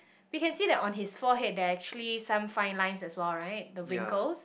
we can see that on his forehead there are actually some fine lines as well right the wrinkles